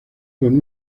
con